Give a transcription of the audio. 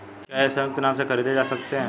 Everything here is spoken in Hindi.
क्या ये संयुक्त नाम से खरीदे जा सकते हैं?